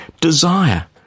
desire